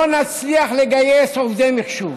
לא נצליח לגייס עובדי מחשוב.